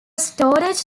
storage